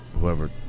whoever